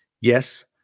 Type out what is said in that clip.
Yes